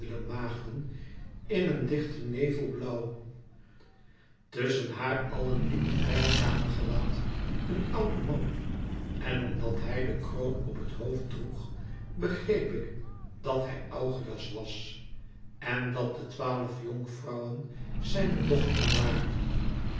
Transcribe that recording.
in een dichten nevel blauw tusschen haar allen liep in wijd kamergewaad een oude man en omdat hij de kroon op het hoofd droeg begreep ik dat hij augeias was en dat de twaalf jonkvrouwen zijne dochteren waren